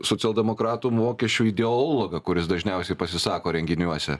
socialdemokratų mokesčių ideologą kuris dažniausiai pasisako renginiuose